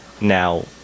Now